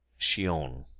Shion